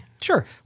Sure